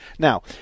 Now